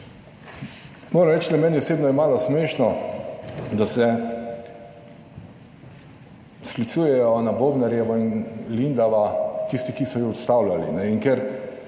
Moram reči, da meni osebno je malo smešno, da se sklicujejo na Bobnarjevo in Lendava tisti, ki so jo odstavljali